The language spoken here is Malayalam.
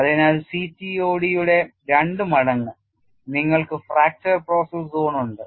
അതിനാൽ CTOD യുടെ 2 മടങ്ങ് നിങ്ങൾക്ക് ഫ്രാക്ചർ പ്രോസസ് സോൺ ഉണ്ട്